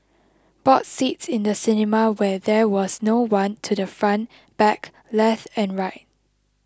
bought seats in the cinema where there was no one to the front back left and right